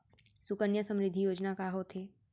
सुकन्या समृद्धि योजना का होथे